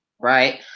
Right